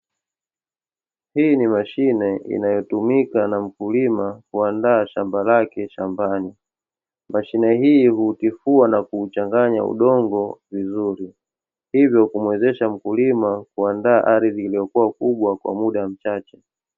Hii ni mashine inayotumika na mkulima kuandaa shamba lake shambani, mashine hii huutifua na kuchanganya udongo vizuri, hivyo kumuwezesha mkulima kuandaa ardhi iliyokuwa kubwa kwa muda mchache.